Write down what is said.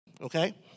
okay